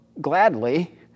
gladly